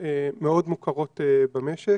מאוד מוכרות במשק,